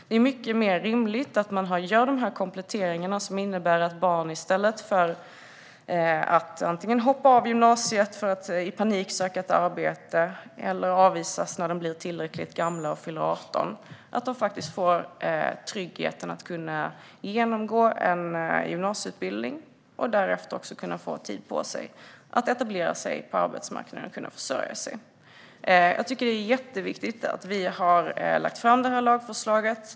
Det är mycket rimligare att man gör de här kompletteringarna, som innebär att barn i stället för att antingen hoppa av gymnasiet för att i panik söka ett arbete eller avvisas när de blir tillräckligt gamla, det vill säga fyller 18, får tryggheten att kunna genomgå en gymnasieutbildning och därefter få tid på sig att etablera sig på arbetsmarknaden och kunna försörja sig. Jag tycker att det är jätteviktigt att vi har lagt fram det här lagförslaget.